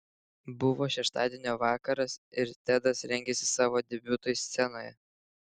buvo šeštadienio vakaras ir tedas rengėsi savo debiutui scenoje